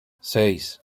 seis